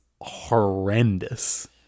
horrendous